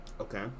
Okay